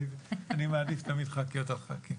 אני מעדיף תמיד חכ"יות על ח"כים.